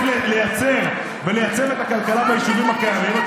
האם צריך לייצר ולייצב את הכלכלה ביישובים הקיימים?